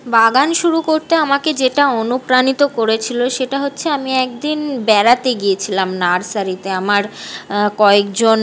বাগান শুরু করতে আমাকে যেটা অনুপ্রাণিত করেছিলো সেটা হচ্ছে আমি এক দিন বেড়াতে গিয়েছিলাম নার্সারিতে আমার কয়েকজন